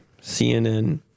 CNN